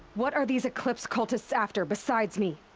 what are these eclipse cultists after, besides me?